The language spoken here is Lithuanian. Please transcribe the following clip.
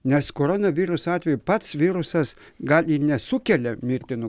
nes koronaviruso atveju pats virusas gal ir nesukelia mirtinų